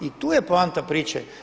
I tu je poanta priče.